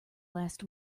last